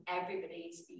everybody's